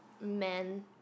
men